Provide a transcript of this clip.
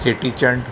Cheti Chand